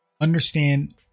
understand